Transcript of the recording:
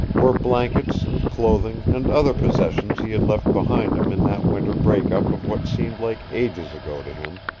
were blankets and clothing and other possessions he had left behind him in that winter break-up of what seemed like ages ago to him.